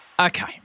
Okay